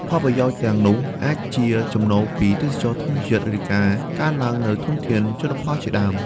ផលប្រយោជន៍ទាំងនោះអាចជាចំណូលពីទេសចរណ៍ធម្មជាតិ ឬការកើនឡើងនូវធនធានជលផលជាដើម។